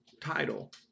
title